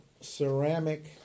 ceramic